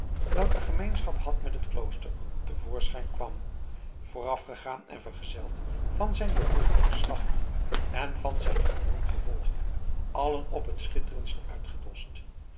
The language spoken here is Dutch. welke gemeenschap had met het klooster te voorschijn kwam voorafgegaan en vergezeld van zijn doorluchtig geslacht en van zijn gewoon gevolg allen op t schitterendst uitgedost